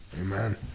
Amen